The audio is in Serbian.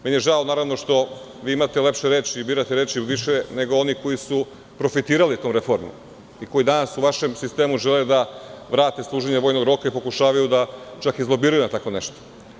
Meni je žao što vi imate lepše reči i birate reči više nego oni koji su profitirali tom reformom i koji danas u vašem sistemu žele da vrate služenje vojnog roka i pokušavaju da izlobiraju tako nešto.